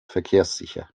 verkehrssicher